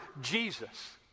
Jesus